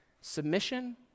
Submission